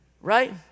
right